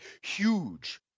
huge